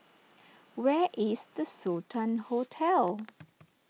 where is the Sultan Hotel